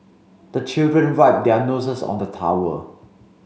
the children wipe their noses on the towel